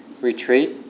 retreat